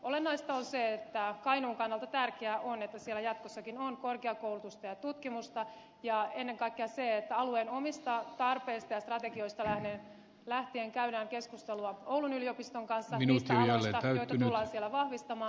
olennaista on se että kainuun kannalta tärkeää on että siellä jatkossakin on korkeakoulutusta ja tutkimusta ja ennen kaikkea se että alueen omista tarpeista ja strategioista lähtien käydään keskustelua oulun yliopiston kanssa niistä aloista joita tullaan siellä vahvistamaan